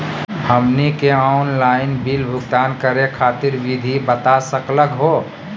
हमनी के online bill भुगतान करे खातीर विधि बता सकलघ हो?